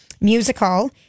musical